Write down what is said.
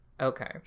okay